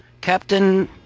Captain